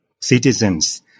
citizens